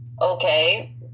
okay